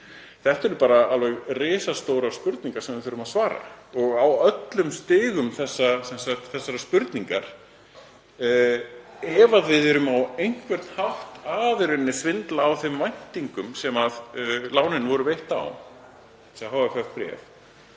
Þetta eru bara alveg risastórar spurningar sem við þurfum að svara, og á öllum stigum þessarar spurningar, ef við erum á einhvern hátt að svindla á þeim væntingum sem lánin voru veitt á, þessi HFF-bréf,